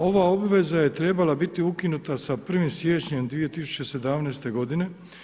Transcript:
Ova obveza je trebala biti ukinuta sa 1. siječnja 2017. godine.